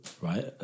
right